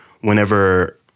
whenever